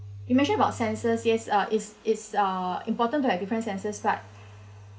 you mention about senses yes uh it's it's uh important to have different senses but